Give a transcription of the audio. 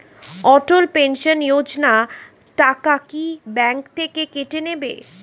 অটল pension Yojana টাকা কি bank থেকে কেটে নেবে?